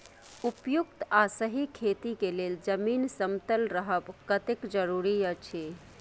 उपयुक्त आ सही खेती के लेल जमीन समतल रहब कतेक जरूरी अछि?